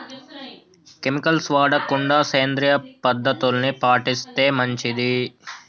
chemicals వాడకుండా సేంద్రియ పద్ధతుల్ని పాటిస్తే మంచిది